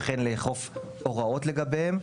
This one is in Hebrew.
וכן לאכוף הוראות לגביהם,